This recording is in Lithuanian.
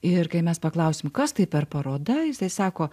ir kai mes paklausėm kas tai per paroda jisai sako